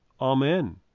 amen